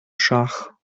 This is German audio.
schach